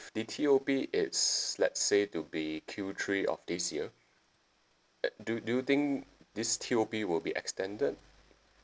the T_O_P is let's say to be Q three of this year uh do do you think this T_O_P will be extended